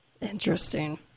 Interesting